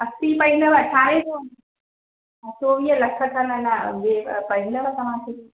असी पवंदव अरिड़हें जो ऐं चोवीह लख त न न वे पवंदव तव्हांखे